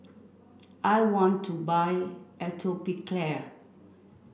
I want to buy Atopiclair